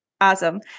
Awesome